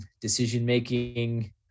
decision-making